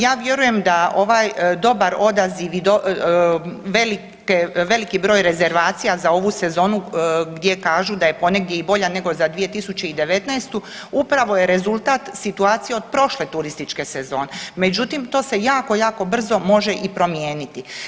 Ja vjerujem da ovaj dobar odaziv i dobar i veliki broj rezervacija za ovu sezonu gdje kažu da je ponegdje i bolja nego za 2019. upravo je rezultat situacije od prošle turističke sezone, međutim to se jako, jako brzo može i promijeniti.